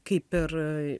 kaip ir